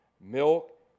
milk